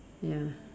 ya